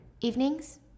Evenings